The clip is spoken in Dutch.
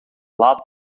laat